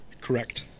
Correct